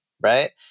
right